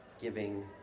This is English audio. giving